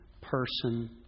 person